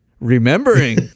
remembering